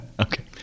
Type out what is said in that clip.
Okay